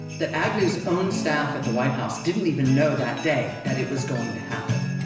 that agnew's own staff at the white house didn't even know that day that it was going to happen.